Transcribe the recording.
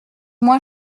moins